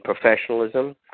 professionalism